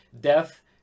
death